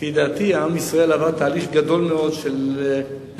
לפי דעתי עם ישראל עבר תהליך גדול מאוד של נכונות